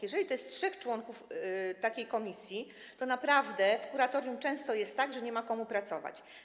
Jeżeli chodzi o trzech członków takiej komisji, to naprawdę w kuratorium często jest tak, że nie ma komu pracować.